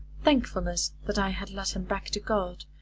thankfulness that i had led him back to god,